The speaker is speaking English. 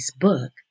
book